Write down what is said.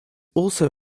also